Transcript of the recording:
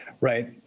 Right